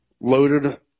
loaded